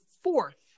fourth